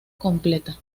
completa